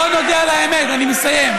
בואו נודה על האמת, אני מסיים.